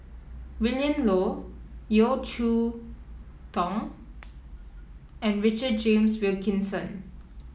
Willin Low Yeo Cheow Tong and Richard James Wilkinson